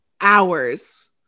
hours